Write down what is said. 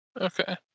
Okay